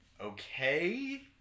okay